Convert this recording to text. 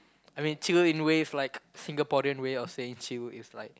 I mean chill in ways like Singaporean way of saying chill is like